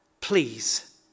please